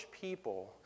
people